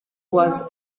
was